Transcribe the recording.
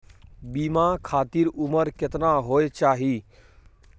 बीमा खातिर उमर केतना होय चाही?